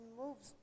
moves